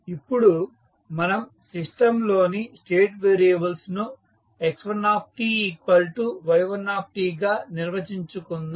ఇప్పుడు మనం సిస్టంలోని స్టేట్ వేరియబుల్స్ ను x1 y1tగా నిర్వచించుకుందాం